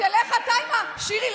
שירי,